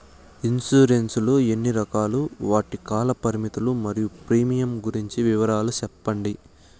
Insurance లు ఎన్ని రకాలు? వాటి కాల పరిమితులు మరియు ప్రీమియం గురించి వివరాలు సెప్పండి?